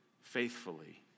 faithfully